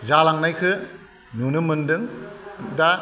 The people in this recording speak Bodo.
जालांनायखौ नुनो मोनदों दा